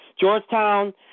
Georgetown